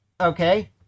Okay